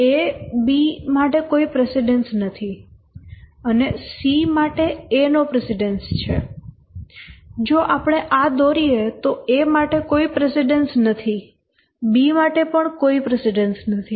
A B માટે કોઈ precedence નથી અને C માટે A નો પ્રિસીડેન્સ છે જો આપણે આ દોરીએ તો A માટે કોઈ પ્રિસીડેન્સ નથી B માટે કોઈ પ્રિસીડેન્સ નથી